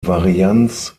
varianz